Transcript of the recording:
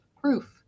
proof